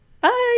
Bye